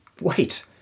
wait